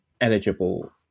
eligible